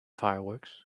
fireworks